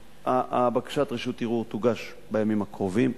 בקשת רשות ערעור תוגש בימים הקרובים,